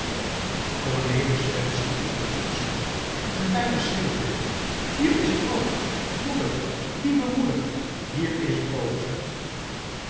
cornelis werd schier wild van smart en bijna schreeuwde hij hier is brood moeder lieve moeder hier is brood